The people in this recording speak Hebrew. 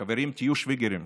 חברים, תהיו שוויגרים.